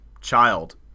child